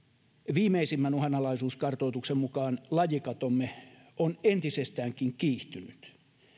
viimeisimmän uhanalaisuuskartoituksen mukaan lajikatomme on entisestäänkin kiihtynyt